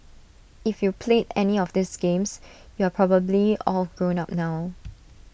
if you played any of these games you are probably all grown up now